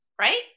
right